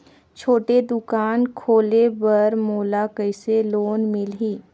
छोटे दुकान खोले बर मोला कइसे लोन मिलही?